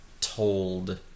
told